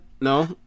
No